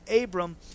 Abram